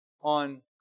on